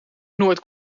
nooit